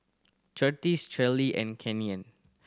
Curtiss Cheryll and Keanu